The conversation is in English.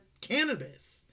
cannabis